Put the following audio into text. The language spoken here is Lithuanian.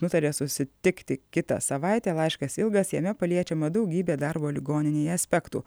nutarė susitikti kitą savaitę laiškas ilgas jame paliečiama daugybė darbo ligoninėje aspektų